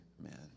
amen